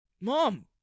Mom